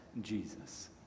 Jesus